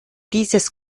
dieses